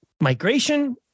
migration